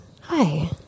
Hi